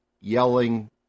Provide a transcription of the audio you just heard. yelling